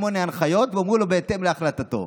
שמונה הנחיות ואומרים לו: בהתאם להחלטתו.